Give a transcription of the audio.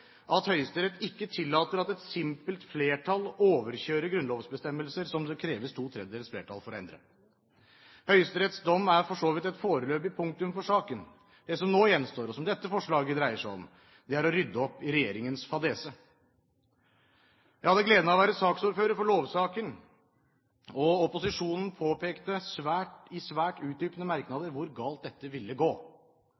at Høyesterett ikke tillater at et simpelt flertall overkjører grunnlovsbestemmelser som det kreves to tredjedels flertall for å endre. Høyesteretts dom er for så vidt et foreløpig punktum for saken. Det som nå gjenstår, og som dette forslaget dreier seg om, er å rydde opp i regjeringens fadese. Jeg hadde gleden av å være ordfører for lovsaken. Opposisjonen påpekte i svært utdypende